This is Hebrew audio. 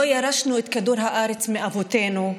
לא ירשנו את כדור הארץ מאבותינו,